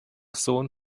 sohn